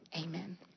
amen